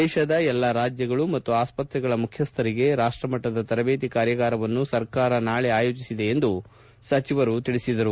ದೇಶದ ಎಲ್ಲಾ ರಾಜ್ಯಗಳ ಮತ್ತು ಆಸ್ಪತ್ರೆಗಳ ಮುಖ್ಯಸ್ಥರಿಗೆ ರಾಷ್ಟಮಟ್ಟದ ತರಬೇತಿ ಕಾರ್ಯಾಗಾರವನ್ನು ಸರ್ಕಾರ ನಾಳೆ ಆಯೋಜಿಸಿದೆ ಎಂದು ಅವರು ಹೇಳಿದರು